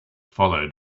followed